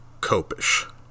COPISH